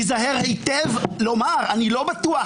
הוא ניזהר היזהר היטב לומר: אני לא בטוח